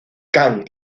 kang